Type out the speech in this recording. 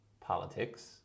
politics